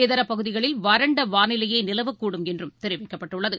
இதரபகுதிகளில் வறண்டவானிலையேநிலவக்கூடும் என்றும் தெரிவிக்கப்பட்டுள்ளது